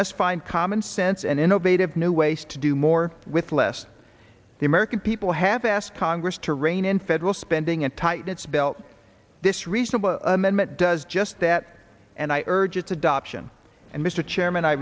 must find commonsense and innovative new ways to do more with less the american people have asked congress to rein in federal spending and tighten its belt this reasonable amendment does just that and i urge its adoption and mr chairman i